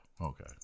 Okay